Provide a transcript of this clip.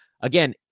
Again